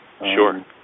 Sure